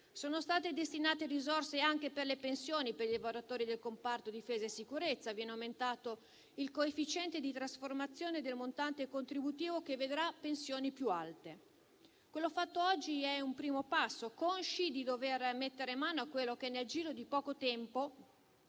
Sono state destinate risorse anche per le pensioni dei lavoratori del comparto difesa e sicurezza, aumentando il coefficiente di trasformazione del montante contributivo che vedrà pensioni più alte. Quello fatto oggi è un primo passo, consci di dover mettere mano a quello che nel giro di poco tempo